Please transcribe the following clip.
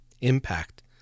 impact